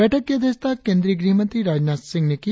बैठक की अध्यक्षता गृहमंत्री राजनाथ सिंह ने की